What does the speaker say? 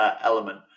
element